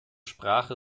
sprache